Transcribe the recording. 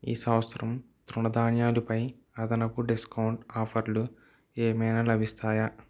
ఈ సంవత్సరం తృణధాన్యాలపై అదనపు డిస్కౌంట్ ఆఫర్లు ఏమైనా లభిస్తాయా